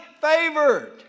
favored